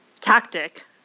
tactic